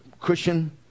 cushion